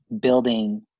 building